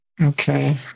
Okay